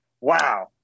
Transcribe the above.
wow